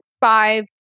five